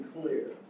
clear